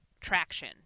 traction